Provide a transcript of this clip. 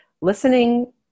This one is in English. Listening